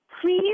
please